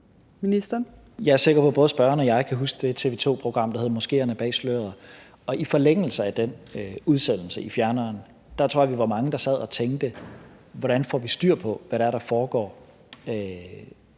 Jeg er sikker på, at både spørgeren og jeg kan huske det TV 2-program, der hed »Moskeerne bag sløret«, og i forlængelse af den udsendelse i fjerneren tror jeg vi var mange, der sad og tænkte: Hvordan får vi styr på, hvad det er,